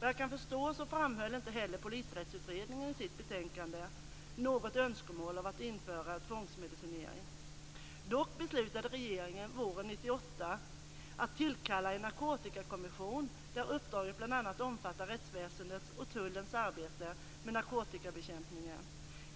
Vad jag kan förstå framhöll inte heller Polisrättsutredningen i sitt betänkande något önskemål om att införa tvångsmedicinering. Dock beslutade regeringen våren 1998 att tillkalla en narkotikakommission där uppdraget bl.a. omfattar rättsväsendets och Tullens arbete med narkotikabekämpningen.